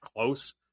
close